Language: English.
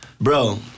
Bro